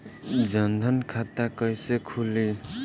जनधन खाता कइसे खुली?